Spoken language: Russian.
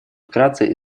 вкратце